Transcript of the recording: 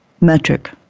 metric